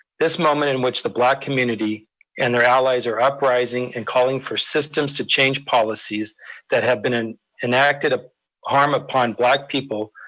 this moment in which the black community and their allies are uprising and calling for systems to change policies that have been enacted ah harm upon black people,